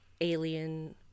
alien